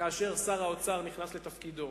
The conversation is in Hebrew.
כאשר שר האוצר נכנס לתפקידו